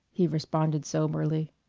he responded soberly.